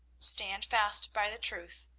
stand fast by the truth,